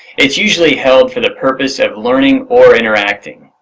it's usually held for the purpose of learning or interacting.